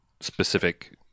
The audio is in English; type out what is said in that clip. specific